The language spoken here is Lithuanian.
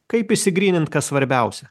kaip išsigrynint kas svarbiausia